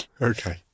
Okay